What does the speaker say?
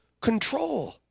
control